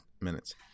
minutes